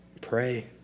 pray